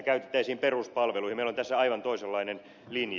meillä on tässä aivan toisenlainen linja